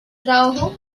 trabajo